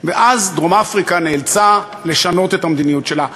ואז דרום-אפריקה נאלצה לשנות את המדיניות שלה.